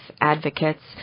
advocates